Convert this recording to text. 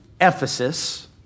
Ephesus